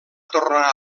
tornar